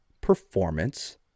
performance